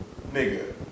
nigga